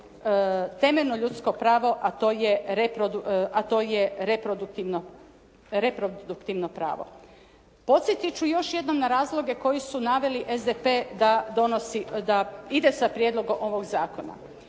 temeljno ljudsko pravo a to je reproduktivno pravo. Podsjetit ću još jednom na razloga koji su naveli SDP da ide sa prijedlogom ovog zakona.